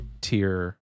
tier